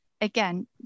Again